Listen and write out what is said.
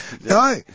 No